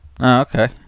Okay